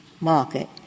market